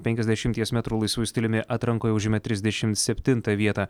penkiasdešimties metrų laisvu stiliumi atrankoje užėmė trisdešim septintą vietą